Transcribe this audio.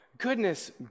Goodness